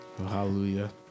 Hallelujah